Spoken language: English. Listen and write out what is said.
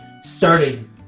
starting